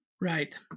Right